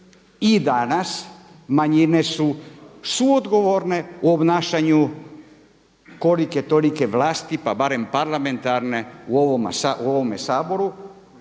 i danas manjine su suodgovorne u obnašanju kolike tolike vlasti pa barem parlamentarne u ovome Saboru